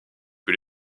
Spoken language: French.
que